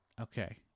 Okay